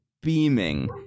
beaming